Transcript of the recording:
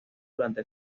durante